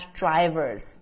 drivers